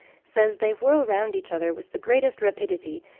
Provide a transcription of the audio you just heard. says, they whirl round each other with the greatest rapidity,